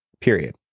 Period